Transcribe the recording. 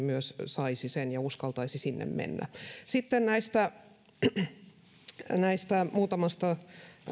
myös saisi sen ja uskaltaisi sinne mennä sitten näistä näistä muutamasta